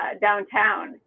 downtown